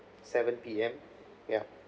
seven P_M ya